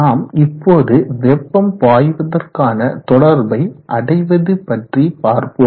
நாம் இப்போது வெப்பம் பாய்வதற்கான தொடர்பை அடைவது பற்றி பார்ப்போம்